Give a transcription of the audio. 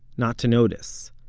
not to notice.